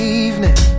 evening